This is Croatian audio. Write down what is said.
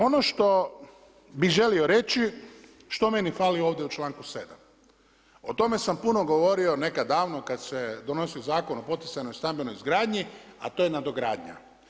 Ono što bi želio reći, što meni fali ovdje u članku 7. O tome sam puno govorio nekada davno, kad se donosio Zakon o poticajnoj stambenoj izgradnji, a to je nadogradnja.